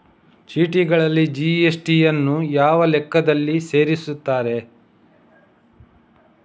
ಚೀಟಿಗಳಲ್ಲಿ ಜಿ.ಎಸ್.ಟಿ ಯನ್ನು ಯಾವ ಲೆಕ್ಕದಲ್ಲಿ ಸೇರಿಸುತ್ತಾರೆ?